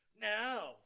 Now